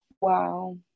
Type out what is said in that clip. wow